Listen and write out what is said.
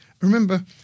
Remember